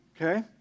Okay